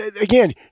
again